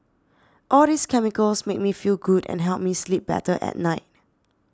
all these chemicals make me feel good and help me sleep better at night